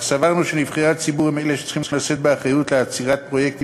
אך סברנו שנבחרי הציבור הם שצריכים לשאת באחריות לעצירת פרויקטים